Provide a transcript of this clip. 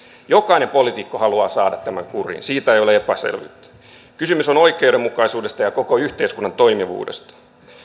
jokainen poliitikko haluaa saada tämän kuriin siitä ei ole epäselvyyttä kysymys on oikeudenmukaisuudesta ja koko yhteiskunnan toimivuudesta